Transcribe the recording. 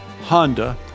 Honda